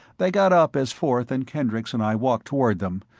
they got up as forth and kendricks and i walked toward them,